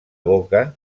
boca